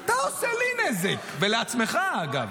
אתה עושה לי נזק, ולעצמך, אגב.